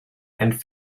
and